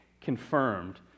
confirmed